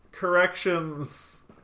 corrections